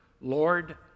Lord